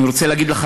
אני רוצה להגיד לך,